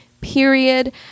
period